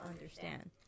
understand